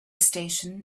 station